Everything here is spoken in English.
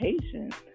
patience